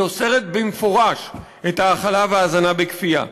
היא אוסרת במפורש את ההאכלה וההזנה בכפייה.